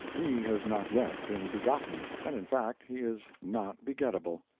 he has not yet been begotten, and in fact he is not begettable.